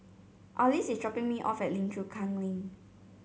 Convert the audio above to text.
Arlis is dropping me off at Lim Chu Kang Lane